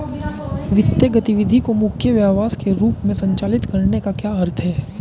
वित्तीय गतिविधि को मुख्य व्यवसाय के रूप में संचालित करने का क्या अर्थ है?